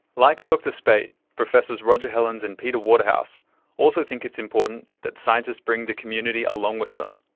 like dr speight, professors roger hellens and peter waterhouse also think it's important that scientists bring the community along with them.